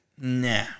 Nah